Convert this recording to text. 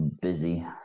busy